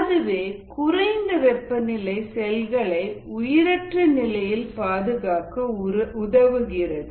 அதுவே குறைந்த வெப்பநிலை செல்களை உயிரற்ற நிலையில் பாதுகாக்க உதவுகிறது